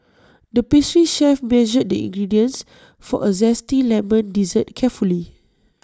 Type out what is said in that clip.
the pastry chef measured the ingredients for A Zesty Lemon Dessert carefully